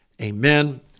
Amen